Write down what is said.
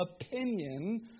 opinion